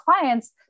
clients